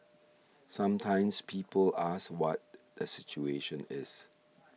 sometimes people ask what the situation is